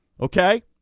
Okay